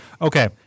Okay